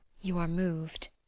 you are moved.